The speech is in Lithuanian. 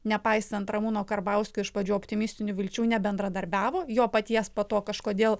nepaisant ramūno karbauskio iš pradžių optimistinių vilčių nebendradarbiavo jo paties po to kažkodėl